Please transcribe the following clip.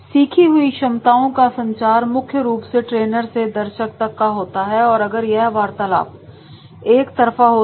सीखी हुई क्षमताओं का संचार मुख्य रूप से ट्रेनर से दर्शक तक का होता है अगर यह वार्तालाप एकतरफा हो तो